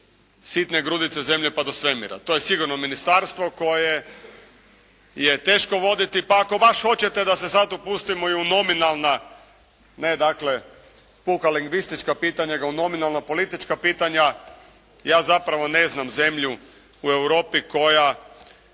sitnih grudica zemlje pa do svemira. To je sigurno ministarstvo koje je teško voditi, pa ako baš hoćete da se sad upustimo i u nominalna, ne dakle puka lingvistička pitanja, nego nominalno politička pitanja, ja zapravo ne znam zemlju u Europi koja